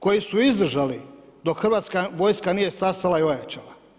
Koji su izdržali dok Hrvatska vojska nije stasala i ojačala.